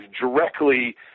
directly